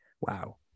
Wow